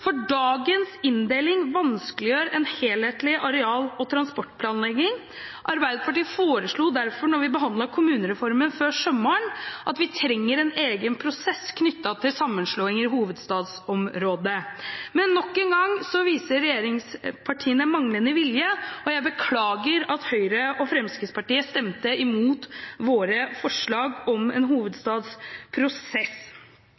for dagens inndeling vanskeliggjør en helhetlig areal- og transportplanlegging. Arbeiderpartiet foreslo derfor da vi behandlet kommunereformen før sommeren, en egen prosess knyttet til sammenslåinger i hovedstadsområdet. Men nok en gang viste regjeringspartiene manglende vilje, og jeg beklager at Høyre og Fremskrittspartiet stemte imot våre forslag om en